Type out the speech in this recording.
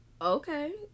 Okay